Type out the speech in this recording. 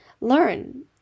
learn